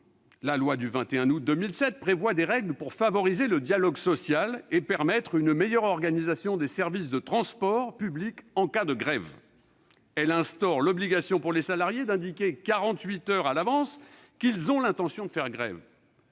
La loi du 21 août 2007 prévoit des règles pour favoriser le dialogue social et permettre une meilleure organisation des services de transports publics en cas de grève. Elle instaure l'obligation pour les salariés d'indiquer quarante-huit heures à l'avance leur intention de faire grève.